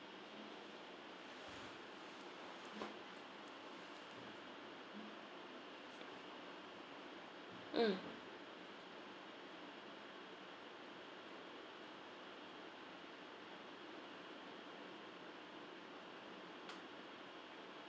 mm